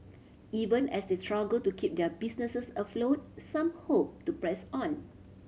even as they struggle to keep their businesses afloat some hope to press on